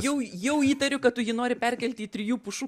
jau jau įtariu kad tu jį nori perkelti į trijų pušų